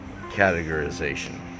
categorization